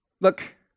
Look